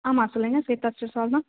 ஆமாம் சொல்லுங்கள் Shweta sweet stall தான்